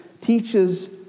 teaches